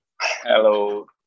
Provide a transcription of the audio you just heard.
Hello